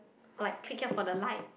or like click here for the light